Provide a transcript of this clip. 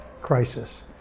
crisis